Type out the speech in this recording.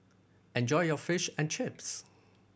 enjoy your Fish and Chips